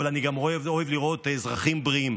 אבל אני גם אוהב לראות אזרחים בריאים,